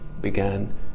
began